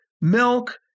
milk